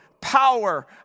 power